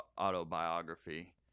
autobiography